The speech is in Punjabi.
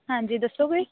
ਹਾਂਜੀ ਦੱਸੋਗੇ